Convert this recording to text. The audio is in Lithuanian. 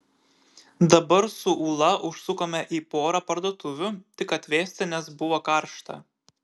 dabar su ūla užsukome į porą parduotuvių tik atvėsti nes buvo karšta